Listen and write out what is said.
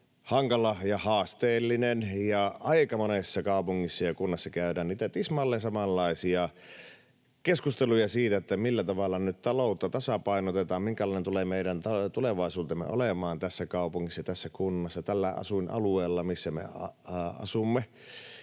hankala ja haasteellinen, ja aika monessa kaupungissa ja kunnassa käydään niitä tismalleen samanlaisia keskusteluja siitä, millä tavalla nyt taloutta tasapainotetaan, minkälainen tulee meidän tulevaisuutemme olemaan tässä kaupungissa, tässä kunnassa ja tällä asuinalueella, missä me asumme,